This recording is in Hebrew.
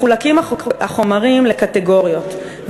מחולקים החומרים לקטגוריות,